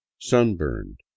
sunburned